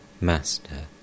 Master